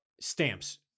stamps